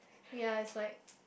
ya it's like